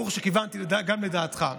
ברוך שכיוונתי גם לדעתך.